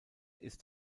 ist